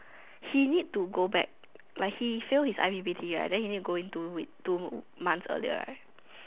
he need to go back like he fail his i_p_p_t right then he need to go in two weeks two months earlier right